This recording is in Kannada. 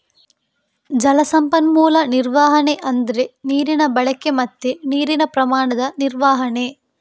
ಜಲ ಸಂಪನ್ಮೂಲ ನಿರ್ವಹಣೆ ಅಂದ್ರೆ ನೀರಿನ ಬಳಕೆ ಮತ್ತೆ ನೀರಿನ ಪ್ರಮಾಣದ ನಿರ್ವಹಣೆ